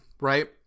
right